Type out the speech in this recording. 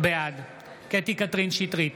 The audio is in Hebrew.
בעד קטי קטרין שטרית,